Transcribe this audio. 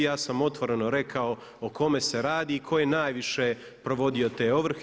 Ja sam otvoreno rekao o kome se radi i tko je najviše provodio te ovrhe.